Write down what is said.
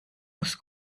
muss